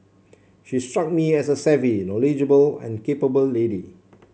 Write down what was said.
she struck me as a savvy knowledgeable and capable lady